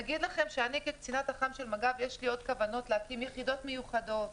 לי כקצינת הח"מ של מג"ב יש עוד כוונות להקים יחידות מיוחדות,